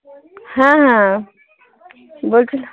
হ্যাঁ হ্যাঁ বলছিলাম